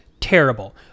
terrible